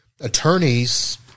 Attorneys